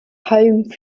home